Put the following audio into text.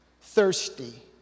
Thirsty